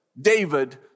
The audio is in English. David